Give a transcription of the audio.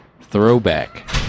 Throwback